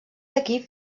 equip